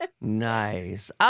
Nice